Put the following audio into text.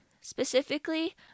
specifically